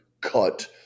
cut